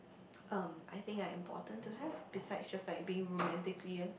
um I think are important to have besides just like being romantically